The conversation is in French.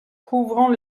couvrant